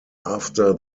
after